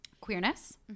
queerness